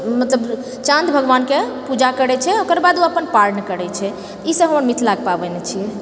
मतलब चाँद भगवानके पूजा करैत छै ओकर बाद ओ पारण करैत छै ई सब हमर मिथिलाके पाबनि छियै